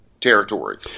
territory